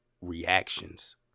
reactions